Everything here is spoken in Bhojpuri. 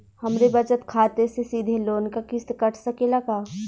हमरे बचत खाते से सीधे लोन क किस्त कट सकेला का?